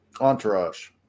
Entourage